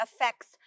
affects